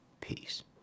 peace